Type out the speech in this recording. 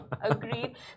agreed